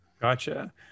Gotcha